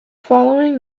following